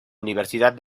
universidad